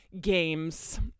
games